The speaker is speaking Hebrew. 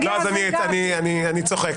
שרים לענייני חקיקה?